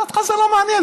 אבל אותך זה לא מעניין.